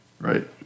Right